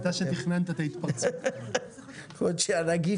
אם הסדר